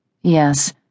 Yes